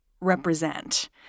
represent